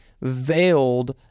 veiled